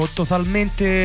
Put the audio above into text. totalmente